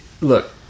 Look